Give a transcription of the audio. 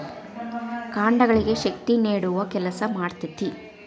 ಕಾಂಡಗಳಿಗೆ ಶಕ್ತಿ ನೇಡುವ ಕೆಲಸಾ ಮಾಡ್ತತಿ